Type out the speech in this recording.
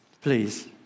Please